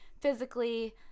physically